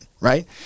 right